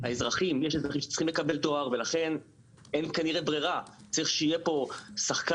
יש אזרחים שצריכים לקבל דואר ולכן אין כנראה ברירה וצריך שיהיה פה שחקן